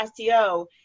SEO